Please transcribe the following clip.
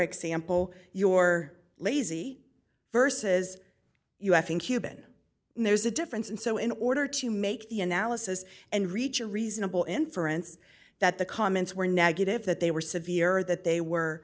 example your lazy versus cuban there's a difference and so in order to make the analysis and reach a reasonable inference that the comments were negative that they were severe or that they